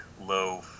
low